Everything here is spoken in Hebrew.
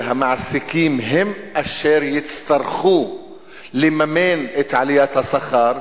והמעסיקים הם אשר יצטרכו לממן את עליית השכר,